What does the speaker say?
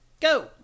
go